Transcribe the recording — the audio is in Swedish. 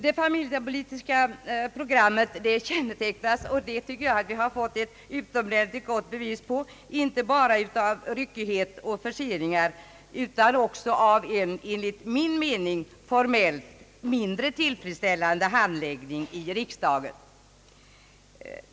Det familjepolitiska programmet kännetecknas — och det tycker jag att vi har fått ett utomordentligt gott bevis för — inte bara av ryckighet och förseningar utan också av en enligt min mening formellt mindre tillfredsställande handläggning i riksdagen.